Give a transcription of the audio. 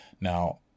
now